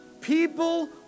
people